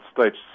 States